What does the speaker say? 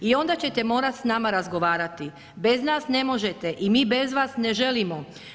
I onda ćete morati s nama razgovarati, bez nas ne možete i mi bez vas ne želimo.